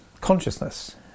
consciousness